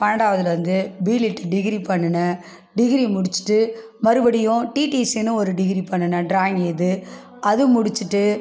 பன்னெண்டாவதுலேருந்து B Lit degree பண்ணுனேன் degree முடிச்சுட்டு மறுபடியும் டிடிசினு ஒரு டிகிரி பண்ணுனேன் ட்ராயிங் இது அது முடிச்சுட்டு